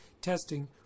testing